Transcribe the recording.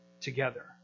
together